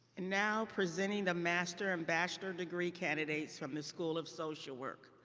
and now presenting the master and bachelor degree candidates from the school of social work.